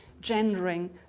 gendering